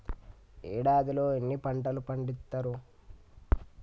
ఏడాదిలో ఎన్ని పంటలు పండిత్తరు?